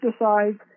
pesticides